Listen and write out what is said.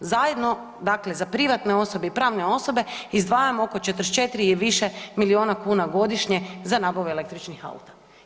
Zajedno dakle za privatne osobe i pravne osobe izdvajamo oko 44 i više miliona kuna godišnje za nabavu električnih auta.